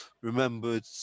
remembered